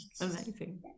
Amazing